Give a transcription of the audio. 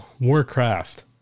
Warcraft